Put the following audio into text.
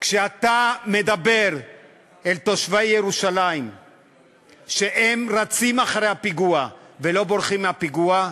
כשאתה מדבר אל תושבי ירושלים שרצים אחרי הפיגוע ולא בורחים מהפיגוע,